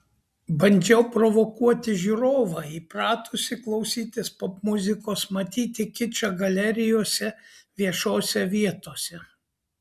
bandžiau provokuoti žiūrovą įpratusį klausytis popmuzikos matyti kičą galerijose viešose vietose